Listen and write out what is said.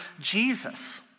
Jesus